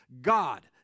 God